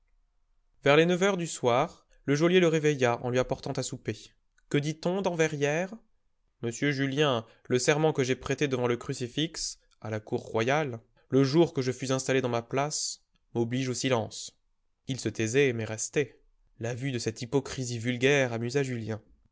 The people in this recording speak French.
vers les neuf heures du soir le geôlier le réveilla en lui apportant à souper que dit-on dans verrières monsieur julien le serment que j'ai prêté devant le crucifix à la cour royale le jour que je fus installé dans ma place m'oblige au silence il se taisait mais restait la vue de cette hypocrisie vulgaire amusa julien